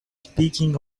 speaking